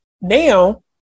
now